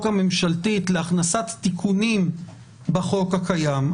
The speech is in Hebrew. הממשלתית להכנסת תיקונים בחוק הקיים.